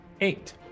Eight